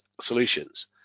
solutions